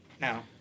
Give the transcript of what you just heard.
Now